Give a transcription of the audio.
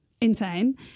insane